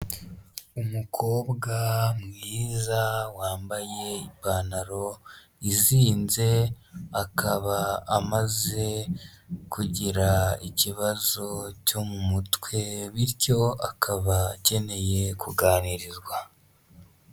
Umukobwa mwiza, wambaye ipantaro izinze akaba amaze kugira ikibazo cyo mu mutwe, bityo akaba akeneye kuganirizwa.